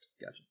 Gotcha